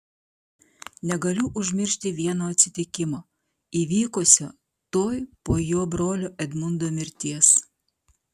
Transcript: negaliu užmiršti vieno atsitikimo įvykusio tuoj po jo brolio edmundo mirties